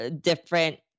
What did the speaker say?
different